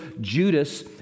Judas